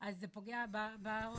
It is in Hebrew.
אז זה פוגע באוהדים.